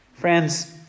Friends